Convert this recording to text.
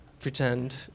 pretend